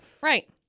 Right